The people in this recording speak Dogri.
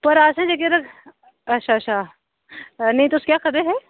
पर असेंई जेह्के अच्छा अच्छा नेईं तुस केह् आक्खै दे हे